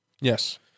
Yes